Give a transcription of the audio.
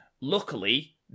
Luckily